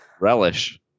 Relish